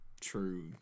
true